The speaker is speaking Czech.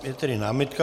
Je tedy námitka.